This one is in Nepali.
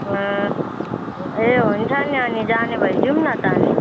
ए हुन्छ नि अनि जाने भए जाऊँ न त अनि